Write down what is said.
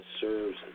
serves